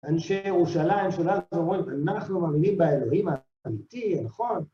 אנשי ירושלים שלנו אומרים, אנחנו מאמינים באלוהים האמיתי, הנכון